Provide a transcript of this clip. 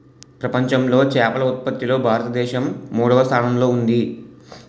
ప్రపంచంలో చేపల ఉత్పత్తిలో భారతదేశం మూడవ స్థానంలో ఉంది